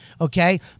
Okay